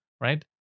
right